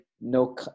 no